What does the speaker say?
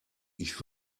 ich